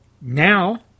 Now